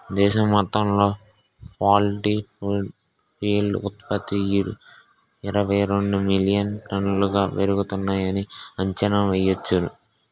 దేశం మొత్తంలో poultry feed ఉత్త్పతి ఇరవైరెండు మిలియన్ టన్నులుగా పెరుగుతున్నాయని అంచనా యెయ్యొచ్చు